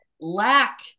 lack